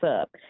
up